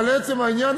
אבל לעצם העניין,